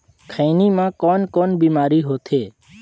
खैनी म कौन कौन बीमारी होथे?